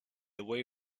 away